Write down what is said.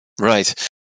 Right